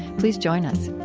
please join us